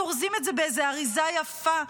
אורזים את זה באיזו אריזה יפה,